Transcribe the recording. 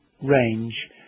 range